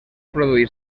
produir